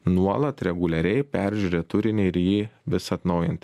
nuolat reguliariai peržiūrėt turinį ir jį vis atnaujint